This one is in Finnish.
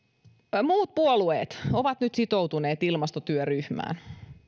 muut puolueet ovat nyt sitoutuneet ilmastotyöryhmään